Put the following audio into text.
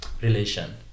relation